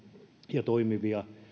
ja toimivia